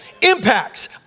impacts